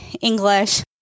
English